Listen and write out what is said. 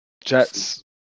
Jets